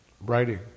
writing